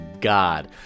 god